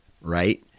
Right